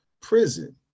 prison